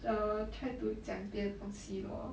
err try to 讲别的东西咯